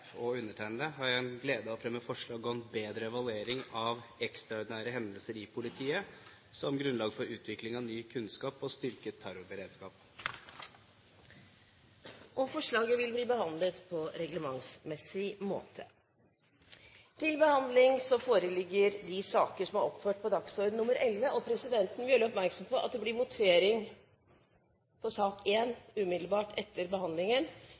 og undertegnede har jeg gleden av å fremme forslag om bedre evaluering av ekstraordinære hendelser i politiet som grunnlag for utvikling av ny kunnskap og styrket terrorberedskap. Forslaget vil bli behandlet på reglementsmessig måte. Presidenten vil gjøre oppmerksom på at det blir votering i sak nr. 1 umiddelbart etter behandlingen, så jeg vil be om at folk blir sittende. Ingen har bedt om ordet. På